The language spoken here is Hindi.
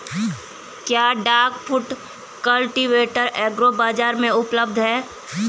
क्या डाक फुट कल्टीवेटर एग्री बाज़ार में उपलब्ध है?